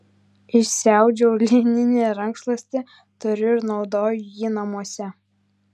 išsiaudžiau lininį rankšluostį turiu ir naudoju jį namuose